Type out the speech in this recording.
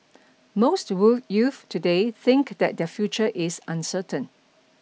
most youths today think that their future is uncertain